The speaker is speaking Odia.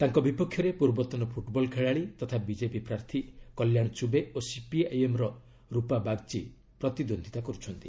ତାଙ୍କ ବିପକ୍ଷରେ ପୂର୍ବତନ ଫୁଟ୍ବଲ ଖେଳାଳି ତଥା ବିଜେପି ପ୍ରାର୍ଥୀ କଲ୍ୟାଣ ଚୂବେ ଓ ସିପିଆଇଏମ୍ର ରୂପା ବାଗ୍ଚୀ ପ୍ରତିଦ୍ୱନ୍ଦିତା କରୁଛନ୍ତି